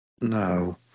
No